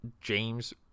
James